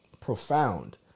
profound